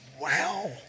Wow